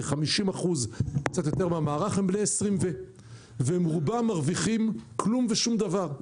כ-50 אחוזים מהמערך הם למעלה מעיל 20 ורובם מרוויחים כלום ושום דבר,